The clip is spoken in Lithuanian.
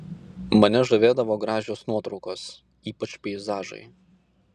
mane žavėdavo gražios nuotraukos ypač peizažai